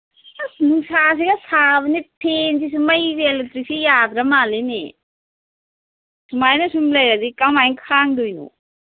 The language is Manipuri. ꯑꯁ ꯅꯨꯡꯁꯥꯁꯤꯒ ꯁꯥꯕꯅꯦ ꯐꯦꯟꯁꯤꯁꯨ ꯃꯩꯁꯦ ꯑꯦꯂꯦꯛꯇ꯭ꯔꯤꯛꯁꯤ ꯌꯥꯗ꯭ꯔ ꯃꯥꯜꯂꯦꯅꯦ ꯁꯨꯃꯥꯏꯅ ꯁꯨꯝ ꯂꯩꯔꯗꯤ ꯀꯃꯥꯏ ꯈꯥꯡꯗꯣꯏꯅꯣ